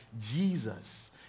Jesus